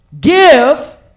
give